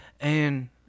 And-